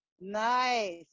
Nice